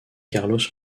carlos